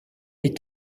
est